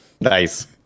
Nice